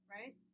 right